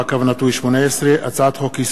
פ/3134/18 וכלה בהצעת חוק פ/3184/18,